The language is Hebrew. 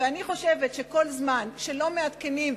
ואני חושבת שכל זמן שלא מעדכנים,